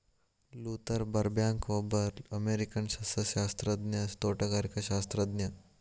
Luther ಬರ್ಬ್ಯಾಂಕ್ಒಬ್ಬ ಅಮೇರಿಕನ್ಸಸ್ಯಶಾಸ್ತ್ರಜ್ಞ, ತೋಟಗಾರಿಕಾಶಾಸ್ತ್ರಜ್ಞ